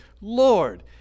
Lord